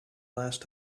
last